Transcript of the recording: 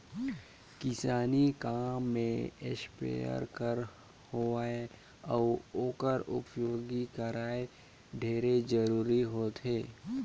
किसानी काम में इस्पेयर कर होवई अउ ओकर उपियोग करई ढेरे जरूरी होथे